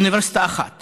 באוניברסיטה אחת